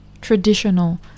traditional